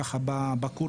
ואחר כך בענישה,